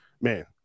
man